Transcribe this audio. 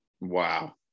Wow